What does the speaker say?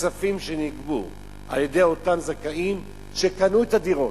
הכספים שנגבו על-ידי אותם זכאים שקנו את הדירות,